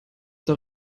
der